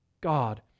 God